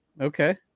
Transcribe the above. Okay